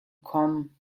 come